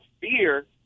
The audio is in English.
fear